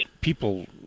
People